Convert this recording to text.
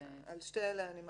שתי אלה אני מסכימה.